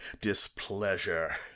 displeasure